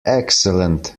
excellent